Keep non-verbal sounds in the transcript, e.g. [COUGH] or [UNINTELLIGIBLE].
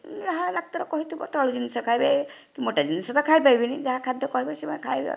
ଯାହା ଡାକ୍ତର କହିଥିବ ତୈଳ ଜିନିଷ ଖାଇବେ କି ମୋଟା ଜିନିଷ ତ ଖାଇ ପାରିବେନି ଯାହା ଖାଦ୍ୟ କହିବ ସେ [UNINTELLIGIBLE] ଖାଇବାକୁ ଦେବେ ଆଉ